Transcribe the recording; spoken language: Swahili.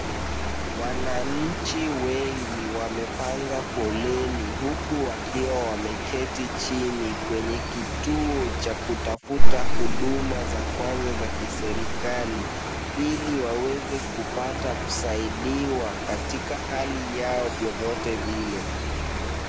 Wananchi wengi wamepanga foleni, huku wakiwa wameketi chini kwenye kituo cha kutafuta huduma za kwanza za kiserikali, ili waweze kupata kusaidiwa katika hali yao vyovyote vile.